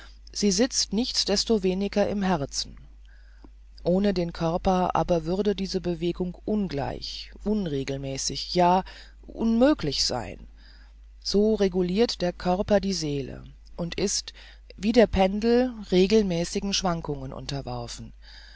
sie sitzt nichtsdestoweniger im herzen ohne den körper aber würde diese bewegung ungleich unregelmäßig ja unmöglich sein so regulirt der körper die seele und ist wie der pendel regelmäßigen schwankungen unterworfen